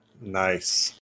Nice